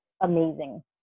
amazing